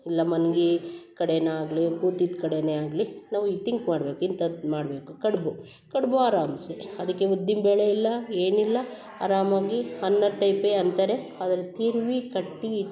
ಎಲ್ಲ ಮಂದಿ ಕಡೆಯಾಗ್ಲಿ ಕೂತಿದ್ದ ಕಡೆಯೇ ಆಗಲಿ ನಾವು ಈ ತಿಂಕ್ ಮಾಡಬೇಕು ಇಂಥದ್ದು ಮಾಡಬೇಕು ಕಡ್ಬು ಕಡ್ಬು ಆರಾಮ ಸೆ ಅದಕ್ಕೆ ಉದ್ದಿನ ಬೇಳೆ ಇಲ್ಲ ಏನಿಲ್ಲ ಅರಾಮಾಗಿ ಅನ್ನದು ಟೈಪೇ ಅಂತಾರೆ ಆದರೆ ತಿರ್ವಿ ಕಟ್ಟಿ ಇಟ್ಟು